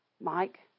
Mike